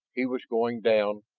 he was going down,